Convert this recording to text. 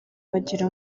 bagira